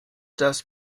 das